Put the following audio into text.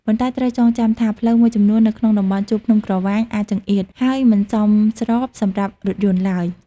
ប៉ុន្តែត្រូវចងចាំថា ផ្លូវមួយចំនួននៅក្នុងតំបន់ជួរភ្នំក្រវាញអាចចង្អៀត ហើយមិនសមស្របសម្រាប់រថយន្តឡើយ។